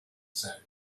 zone